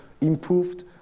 improved